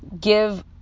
give